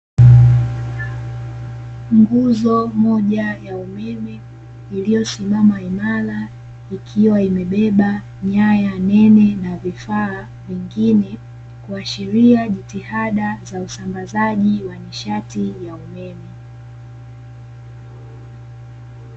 Nguzo moja ya umeme iliyosimama imara, ikiwa imebeba nyaya nene na vifaa vingine kuashiria jitihada za usambazaji wa nishati ya umeme.